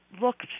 looked